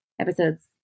episodes